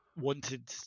wanted